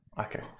Okay